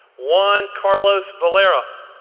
juan carlos varela,